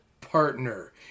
partner